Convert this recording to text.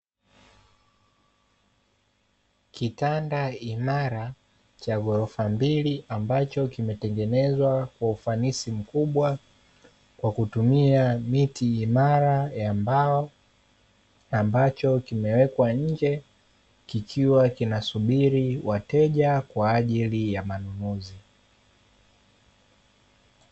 Kitanda imara cha ghorofa mbili ambacho kimetengenezwa kwa ufanisi mkubwa kwa kutumia miti imara ya mbao, ambacho kimewekwa nje kikiwa kinasubiri wateja kwa ajili ya manunuzi.